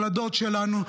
ילדות שלנו,